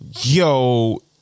Yo